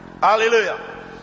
Hallelujah